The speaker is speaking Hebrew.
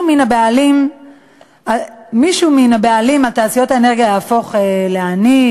מן הבעלים בתעשיות האנרגיה יהפוך לעני?